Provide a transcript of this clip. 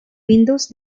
windows